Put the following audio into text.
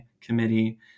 Committee